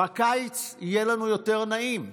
בקיץ יהיה לנו יותר נעים,